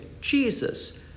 Jesus